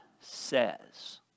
says